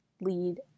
lead